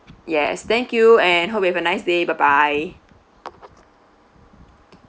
yes thank you and hope you have a nice day bye bye